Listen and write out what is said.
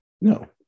no